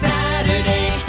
Saturday